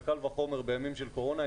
וקל וחומר בימים של קורונה,